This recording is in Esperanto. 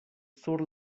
sur